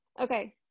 Okay